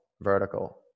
vertical